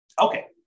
Okay